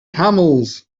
camels